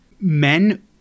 men